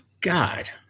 God